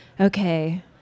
okay